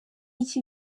iki